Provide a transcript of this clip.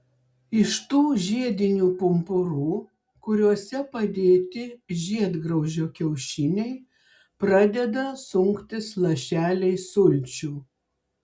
iš tų žiedinių pumpurų kuriuose padėti žiedgraužio kiaušiniai pradeda sunktis lašeliai sulčių